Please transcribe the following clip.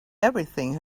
everything